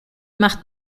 macht